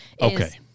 Okay